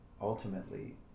ultimately